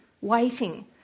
waiting